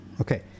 okay